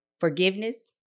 forgiveness